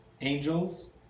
angels